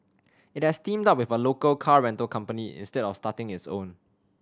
it has teamed up with a local car rental company instead of starting its own